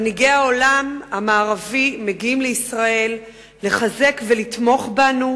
מנהיגי העולם המערבי מגיעים לישראל לחזק אותנו ולתמוך בנו.